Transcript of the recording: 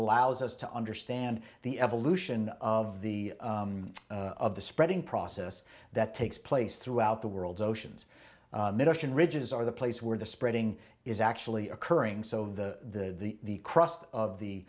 allows us to understand the evolution of the of the spreading process that takes place throughout the world's oceans mid ocean ridges are the place where the spreading is actually occurring so the the crust of the